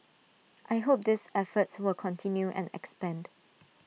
I hope these efforts will continue and expand